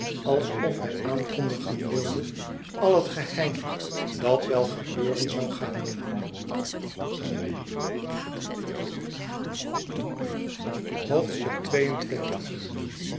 alsof hij aankondigen wilde al het geheim dat wel gebeuren zoû gaan